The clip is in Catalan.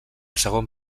segon